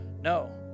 No